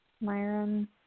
Myron